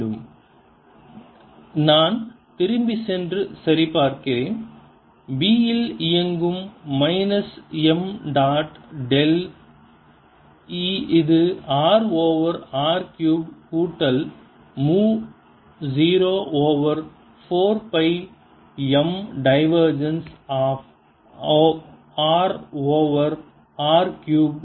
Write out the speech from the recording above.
நேரம் பார்க்கவும் 0556 நான் திரும்பிச் சென்று சரி பார்க்கிறேன் B இல் இயங்கும் மைனஸ் m டாட் டெல் இது r ஓவர் r கியூப் கூட்டல் மு 0 over 4 pi m divergence of r over r cube